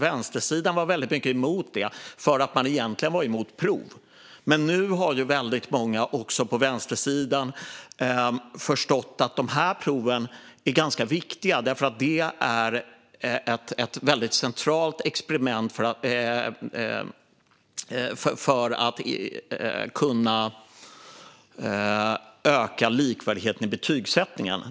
Vänstersidan var mycket emot därför att man egentligen var emot prov. Men nu har många också på vänstersidan förstått att proven är viktiga eftersom de ökar likvärdigheten i betygsättningen.